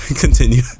Continue